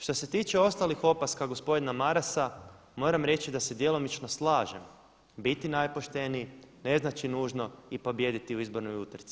Što se tiče ostalih opaska gospodina Marasa moram reći da se djelomično slažem biti najpošteniji ne znači nužno i pobijediti u izbornoj utrci.